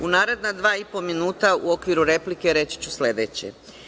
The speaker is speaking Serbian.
U naredna dva i po minuta u okviru replike reći ću sledeće.